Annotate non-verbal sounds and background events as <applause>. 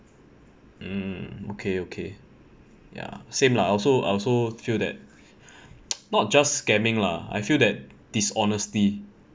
mm okay okay ya same lah I also I also feel that <noise> not just scamming lah I feel that dishonesty